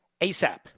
ASAP